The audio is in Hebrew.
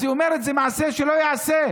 אז היא אומרת: זה מעשה שלא ייעשה.